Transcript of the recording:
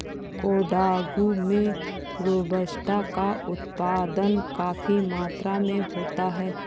कोडागू में रोबस्टा का उत्पादन काफी मात्रा में होता है